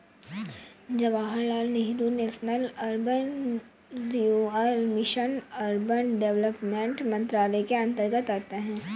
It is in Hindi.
Jawaharlal Nehru national urban renewal mission urban development मंत्रालय के अंतर्गत आता है